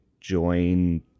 join